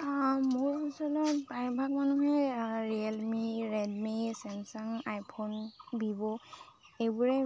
মোৰ অঞ্চলৰ প্ৰায়ভাগ মানুহে Realme Redmi Samsung iPhone Vivo এইবোৰেই